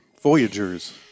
Voyager's